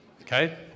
Okay